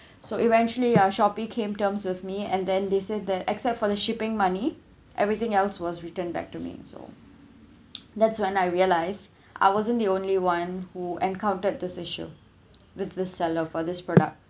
so eventually uh Shopee came terms with me and then they said that except for the shipping money everything else was returned back to me so that's when I realise I wasn't the only one who encountered this issue with this seller for this product